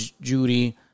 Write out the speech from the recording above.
Judy